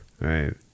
Right